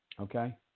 okay